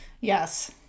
Yes